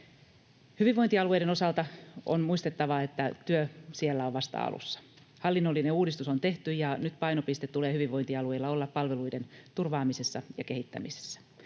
Hyvinvointialueiden osalta on muistettava, että työ siellä on vasta alussa. Hallinnollinen uudistus on tehty. Nyt painopisteen tulee hyvinvointialueilla olla palveluiden turvaamisessa ja kehittämisessä.